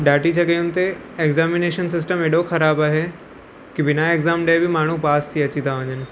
ॾाढी जॻहियुनि ते एक्ज़ामिनेशन सिस्टम एॾो ख़राबु आहे की बिना एक्ज़ाम ॾेई बि माण्हू पास थी अची था वञनि